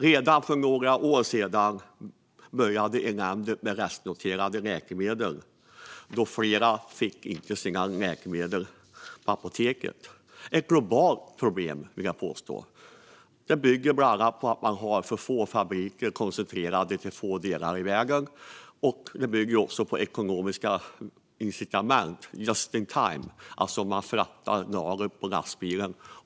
Redan för några år sedan började eländet med restnoterade läkemedel, då flera läkemedel inte fanns på apoteken. Detta är ett globalt problem, vill jag påstå. Det bygger bland annat på att man har för få fabriker, som är koncentrerade till för få delar av världen. Det bygger också på ekonomiska incitament som just-in-time, alltså att man fraktar lagret i lastbil.